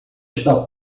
está